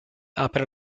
apre